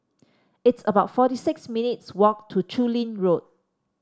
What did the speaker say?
it's about forty six minutes' walk to Chu Lin Road